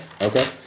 Okay